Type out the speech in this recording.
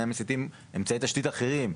מסיטים את אמצעי תשתית אחרים,